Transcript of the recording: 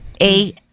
A-